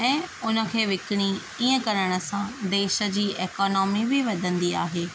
ऐं उनखे विकिणी ईअं करण सां देश जी एकनॉमी बि वधंदी आहे